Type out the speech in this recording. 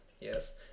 Yes